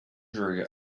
drew